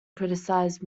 criticized